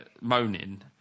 moaning